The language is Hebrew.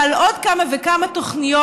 ועל עוד כמה וכמה תוכניות,